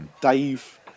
Dave